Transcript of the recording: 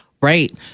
right